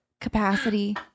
capacity